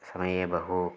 समये बहु